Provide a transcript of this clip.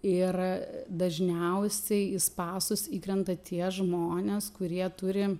ir dažniausiai į spąstus įkrenta tie žmonės kurie turi